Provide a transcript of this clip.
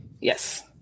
Yes